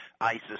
Isis